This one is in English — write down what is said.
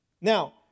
Now